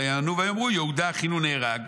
ויענו ויאמרו: יהודה אחינו נהרג,